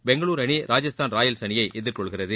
பெங்களுரு அணி ராஜஸ்தான் ராயல்ஸ் அணியை எதிர்கொள்கிறது